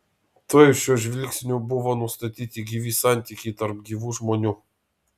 tuoj šiuo žvilgsniu buvo nustatyti gyvi santykiai tarp gyvų žmonių